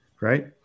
Right